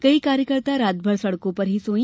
कई कार्यकर्ता रात भर सड़कों पर ही सोई